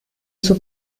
suo